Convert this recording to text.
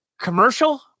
commercial